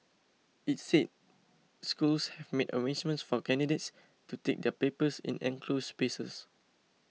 it said schools have made arrangements for candidates to take their papers in enclosed spaces